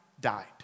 died